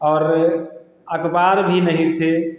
और अखबार भी नहीं थे